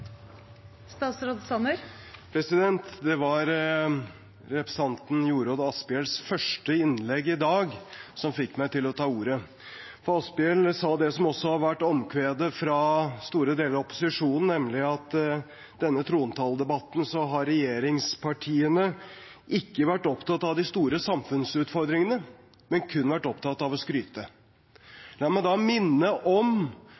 sa det som også har vært omkvedet fra store deler av opposisjonen, nemlig at i denne trontaledebatten har regjeringspartiene ikke vært opptatt av de store samfunnsutfordringene, men kun vært opptatt av å skryte. Jeg må da minne om